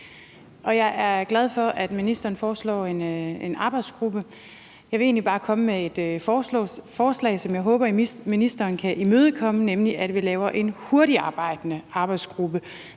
jeg er glad for, at ministeren foreslår en arbejdsgruppe. Jeg vil egentlig bare komme med et forslag, som jeg håber at ministeren kan imødekomme, nemlig at vi laver en hurtigtarbejdende arbejdsgruppe,